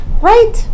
right